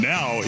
Now